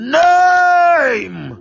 name